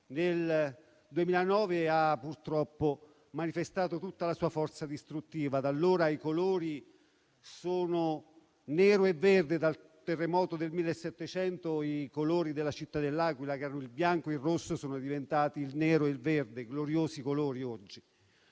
nel 2009 ha purtroppo manifestato tutta la sua forza distruttiva. Dal terremoto del 1700 i colori della città de L'Aquila, che erano il bianco e il rosso, sono diventati il nero e il verde, gloriosi colori oggi,